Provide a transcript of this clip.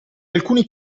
alcuni